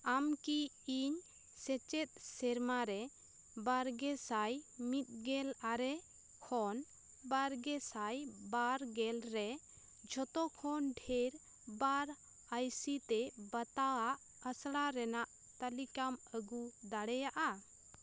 ᱟᱢ ᱠᱤ ᱤᱧ ᱥᱮᱪᱮᱫ ᱥᱮᱨᱢᱟ ᱨᱮ ᱵᱟᱨᱜᱮ ᱥᱟᱭ ᱢᱤᱫᱜᱮᱞᱟᱨᱮ ᱠᱷᱚᱱ ᱵᱟᱨᱜᱮ ᱥᱟᱭ ᱵᱟᱨᱜᱮᱞ ᱨᱮ ᱡᱚᱛᱚ ᱠᱷᱚᱱ ᱰᱷᱮᱨ ᱵᱟᱨ ᱟᱭᱥᱤ ᱛᱮ ᱵᱟᱛᱟᱣᱟᱜ ᱟᱥᱲᱟ ᱨᱮᱱᱟᱜ ᱛᱟᱞᱤᱠᱟᱢ ᱟᱹᱜᱩ ᱫᱟᱲᱮᱭᱟᱜᱼᱟ